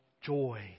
joy